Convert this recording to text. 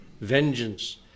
vengeance